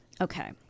Okay